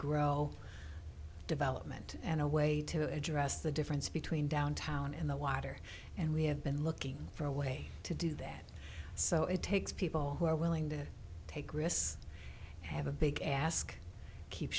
grow development and a way to address the difference between downtown and the water and we have been looking for a way to do that so it takes people who are willing to take risks have a big ask keep